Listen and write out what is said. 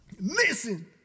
Listen